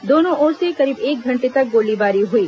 दोनों ओर से करीब एक घंटे तक गोलीबारी हुई